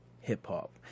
hip-hop